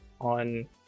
on